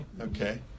okay